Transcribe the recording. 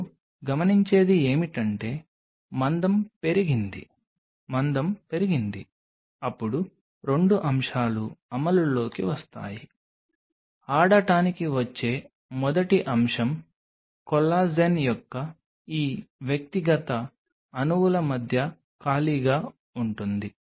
మీరు గమనించేది ఏమిటంటే మందం పెరిగింది మందం పెరిగింది అప్పుడు 2 అంశాలు అమలులోకి వస్తాయి ఆడటానికి వచ్చే మొదటి అంశం కొల్లాజెన్ యొక్క ఈ వ్యక్తిగత అణువుల మధ్య ఖాళీగా ఉంటుంది